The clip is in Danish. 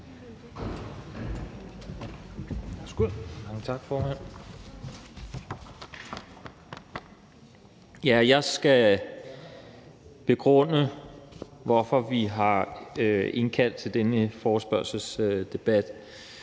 Jeg skal begrunde, hvorfor vi har indkaldt til denne forespørgselsdebat,